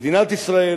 מדינת ישראל,